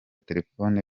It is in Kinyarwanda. telefone